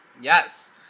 Yes